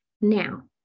Now